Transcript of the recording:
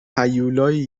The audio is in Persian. هیولایی